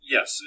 Yes